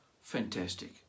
Fantastic